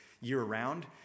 year-round